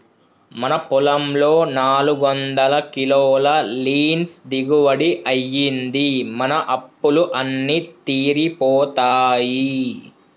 మన పొలంలో నాలుగొందల కిలోల లీన్స్ దిగుబడి అయ్యింది, మన అప్పులు అన్నీ తీరిపోతాయి